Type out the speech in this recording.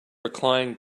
reclined